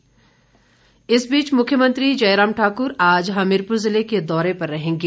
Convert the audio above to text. मुख्यमंत्री मुख्यमंत्री जयराम ठाकुर आज हमीरपुर जिले के दौरे पर रहेंगे